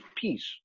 peace